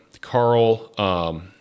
Carl